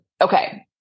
okay